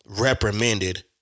reprimanded